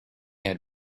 had